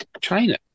China